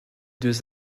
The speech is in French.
deux